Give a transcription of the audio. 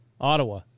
ottawa